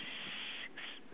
six